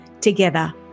Together